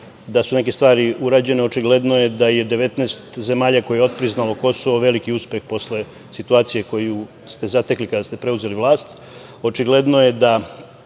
da su neke stvari urađene, očigledno je da 19 zemalja koje je otpriznalo Kosovo veliki uspeh posle situacije koju ste zatekli kada ste preuzeli vlast.